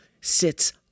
sits